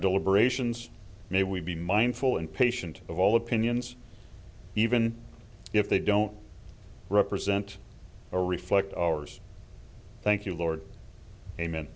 deliberations may we be mindful and patient of all opinions even if they don't represent a reflect ours thank you lord amen